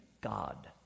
God